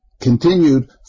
continued